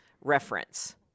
reference